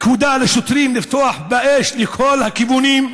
פקודה לשוטרים לפתוח באש לכל הכיוונים.